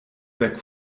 weg